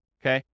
okay